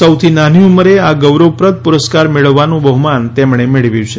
સૌથી નાની ઉંમરે આ ગૌરવપ્રદ પુરસ્કાર મેળવવાનું બહ્માન તેમણે મેળવ્યું છે